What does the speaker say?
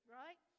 right